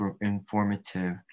informative